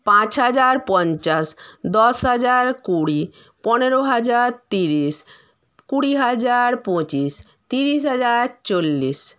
পাঁচ হাজার পঞ্চাশ দশ হাজার কুড়ি পনেরো হাজার তিরিশ কুড়ি হাজার পঁচিশ তিরিশ হাজার চল্লিশ